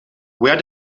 where